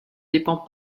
dépend